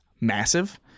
massive